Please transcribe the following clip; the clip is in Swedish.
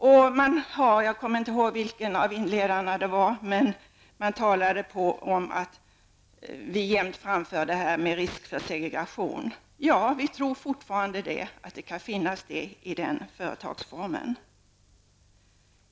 Det var någon av de föregående talarna som sade att vi jämt framför argumentet att det är risk för segregation. Ja, vi tror fortfarande att det kan finnas en sådan risk i den företagsformen.